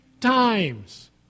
times